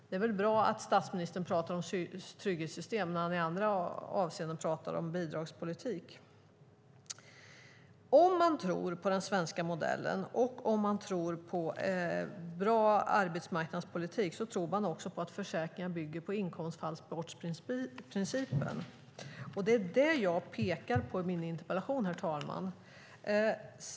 Det är bra att statsministern pratar om trygghetssystem när han i andra avseenden pratar om bidragspolitik. Om man tror på den svenska modellen och om man tror på bra arbetsmarknadspolitik tror man också på att försäkringar bygger på inkomstbortfallsprincipen. Det är det jag pekar på i min interpellation, herr talman.